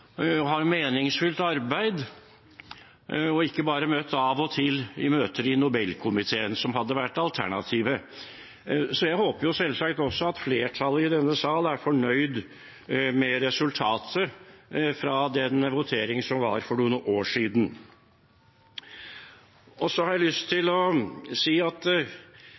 har meningsfylt arbeid og ikke bare møter av og til i Nobelkomiteen, som hadde vært alternativet. Jeg håper selvsagt også at flertallet i denne sal er fornøyd med resultatet fra den votering som var for noen år siden. Jeg tror at hvis Nobelinstituttet og